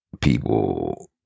people